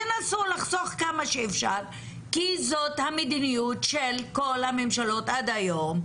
ינסו לחסוך כמה שאפשר כי זאת המדיניות של כל הממשלות עד היום,